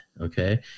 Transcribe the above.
okay